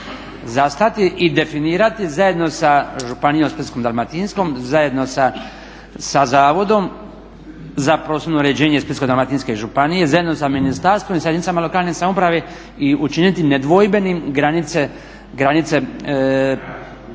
zastati i definirati zajedno sa županijom Splitsko-dalmatinskom, zajedno sa Zavodom za prostorno uređenje Splitsko-dalmatinske županije, zajedno sa ministarstvom i sa jedinicama lokale samouprave i učiniti ne dvojbenim granice parka